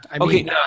Okay